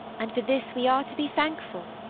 and for this we are to be thankful.